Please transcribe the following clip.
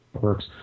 works